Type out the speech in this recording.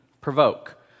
provoke